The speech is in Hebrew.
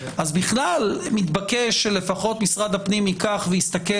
אז בכלל מתבקש שלפחות משרד הפנים ייקח ויסתכל